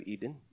Eden